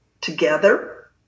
together